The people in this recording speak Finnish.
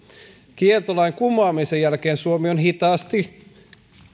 kieltolain kumoamisen jälkeen suomi on hitaasti